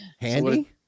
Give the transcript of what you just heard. Handy